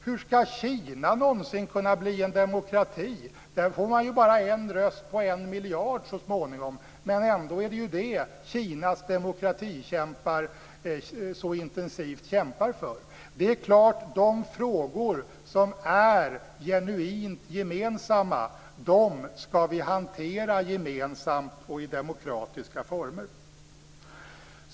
Hur skall Kina någonsin kunna bli en demokrati? Där får man bara en röst på en miljard så småningom. Ändå är det detta Kinas demokratikämpar så intensivt kämpar för. Det är klart att vi skall hantera de frågor som är genuint gemensamma gemensamt och i demokratiska former.